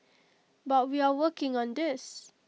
but we are working on this